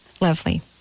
Lovely